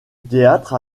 théâtre